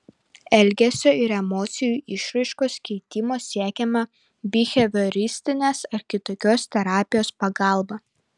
elgesio ir emocijų išraiškos keitimo siekiama bihevioristinės ar kitokios terapijos pagalba